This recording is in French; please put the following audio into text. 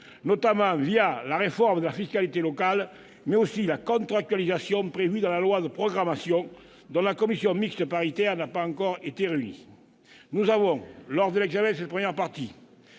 notamment la réforme de la fiscalité locale, mais aussi la contractualisation prévue dans la loi de programmation, pour laquelle la commission mixte paritaire n'a pas encore été réunie. Nous avons, lors de l'examen de cette première partie,